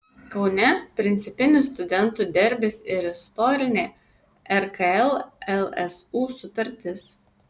kaune principinis studentų derbis ir istorinė rkl lsu sutartis